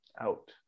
out